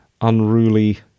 unruly